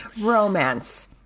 Romance